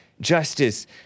Justice